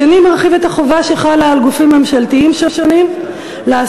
השני מרחיב את החובה שחלה על גופים ממשלתיים שונים לאסוף,